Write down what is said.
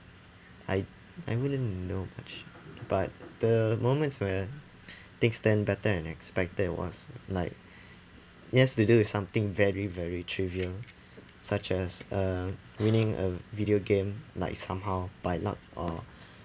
I I wouldn't know much but the moments where things turned better than expected was like it has to do with something very very trivial such as uh winning a video game like somehow by luck or